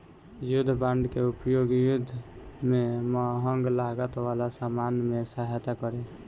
युद्ध बांड के उपयोग युद्ध में महंग लागत वाला सामान में सहायता करे